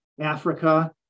Africa